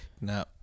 no